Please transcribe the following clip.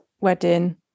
Wedding